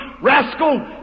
Rascal